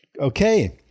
Okay